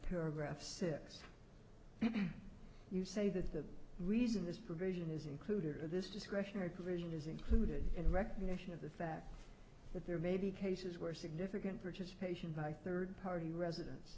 her graph six you say that the reason this provision is included in this discretionary provision is included in recognition of the fact that there may be cases where significant purchase of patients by third party residence